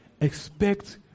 Expect